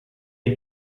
had